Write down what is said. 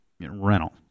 rental